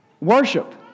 Worship